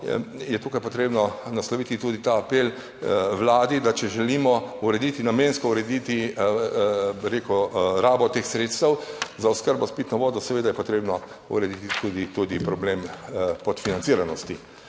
je tukaj potrebno nasloviti tudi ta apel Vladi, da če želimo urediti, namensko urediti, bi rekel, rabo teh sredstev za oskrbo s pitno vodo. Seveda je potrebno urediti tudi problem podfinanciranosti,